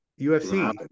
UFC